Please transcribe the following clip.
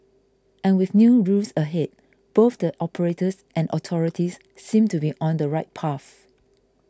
and with new rules ahead both the operators and authorities seem to be on the right path